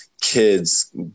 kids